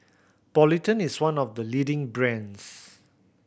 Polident is one of the leading brands